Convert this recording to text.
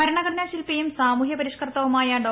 ഭരണഘടനാ ശിൽപിയും സാമൂഹ്യ പരിഷ്കർത്താവുമായ ഡോ